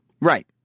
Right